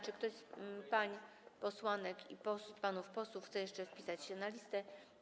Czy ktoś z pań posłanek i panów posłów chce jeszcze wpisać się na listę?